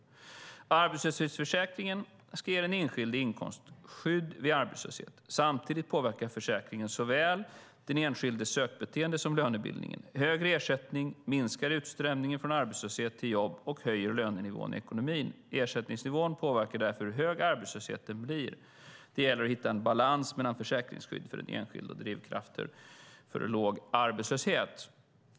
Rådet skriver: Arbetslöshetsförsäkringen ska ge den enskilde inkomstskydd vid arbetslöshet. Samtidigt påverkar försäkringen såväl den enskildes sökbeteende som lönebildningen. Högre ersättning minskar utströmningen från arbetslöshet till jobb och höjer lönenivån i ekonomin. Ersättningsnivån påverkar därför hur hög arbetslösheten blir. Det gäller att hitta en balans mellan försäkringsskydd för den enskilde och drivkrafter för låg arbetslöshet.